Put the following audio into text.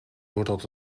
doordat